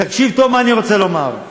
תקשיב טוב למה שאני רוצה לומר,